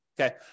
Okay